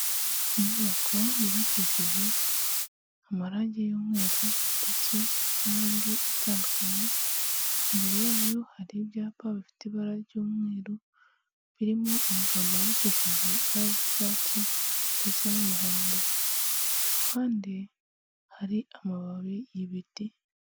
Inyubako yubakishije amarange y'umweru ndetse n'andi atandukanye, imbere yayo hari ibyapa bifite ibara ry'umweru birimo amagambo yandikishije ibara ry'icyatsi ndetse n'umuhondo, ku ruhande hari amababi y'ibiti.